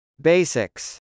Basics